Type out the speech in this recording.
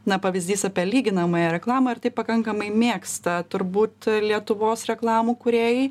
na pavyzdys apie lyginamąją reklamą ir tai pakankamai mėgsta turbūt lietuvos reklamų kūrėjai